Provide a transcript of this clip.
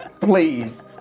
Please